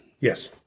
Yes